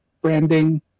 branding